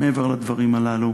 מעבר לדברים הללו,